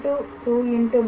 2